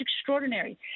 extraordinary